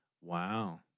Wow